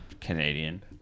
Canadian